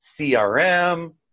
CRM